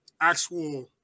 actual